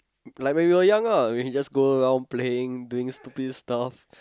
like when we were young lah like when we just go down playing doing stupid stuff